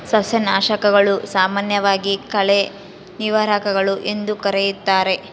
ಸಸ್ಯನಾಶಕಗಳು, ಸಾಮಾನ್ಯವಾಗಿ ಕಳೆ ನಿವಾರಕಗಳು ಎಂದೂ ಕರೆಯುತ್ತಾರೆ